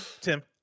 Tim